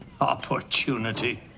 Opportunity